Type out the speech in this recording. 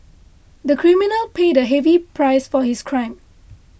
the criminal paid a heavy price for his crime